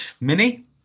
Mini